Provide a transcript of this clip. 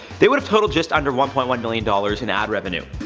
they would've totalled just under one point one million dollars in ad revenue.